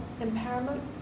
impairment